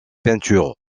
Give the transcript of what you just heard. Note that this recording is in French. peinture